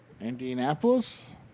Indianapolis